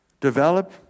develop